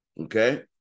Okay